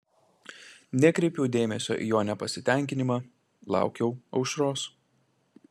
nekreipiau dėmesio į jo nepasitenkinimą laukiau aušros